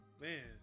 man